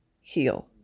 heal